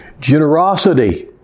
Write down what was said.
Generosity